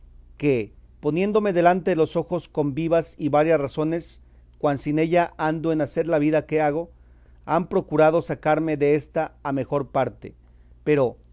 que poniéndome delante de los ojos con vivas y varias razones cuán sin ella ando en hacer la vida que hago han procurado sacarme désta a mejor parte pero